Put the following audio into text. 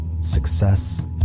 success